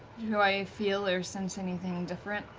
do i feel or sense anything different?